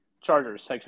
Chargers